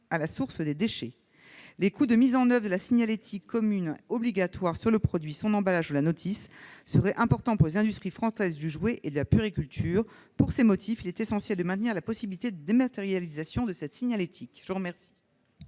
à la source des déchets. La mise en oeuvre de la signalétique commune obligatoire sur le produit, son emballage ou la notice induirait des coûts importants pour les industries françaises du jouet et de la puériculture. Pour ces motifs, il est essentiel de maintenir la possibilité de dématérialisation de cette signalétique. La parole